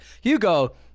Hugo